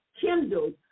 kindled